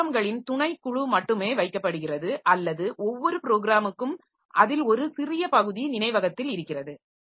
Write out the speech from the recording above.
ப்ரோகிராம்களின் துணைக்குழு மட்டுமே வைக்கப்படுகிறது அல்லது ஒவ்வொரு ப்ரோக்கிராமுக்கும் அதில் ஒரு சிறிய பகுதி நினைவகத்தில் இருக்கிறது